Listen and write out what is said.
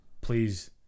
please